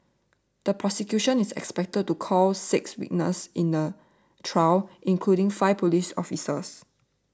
the prosecution is expected to call six witnesses in the trial including five police officers